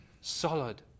solid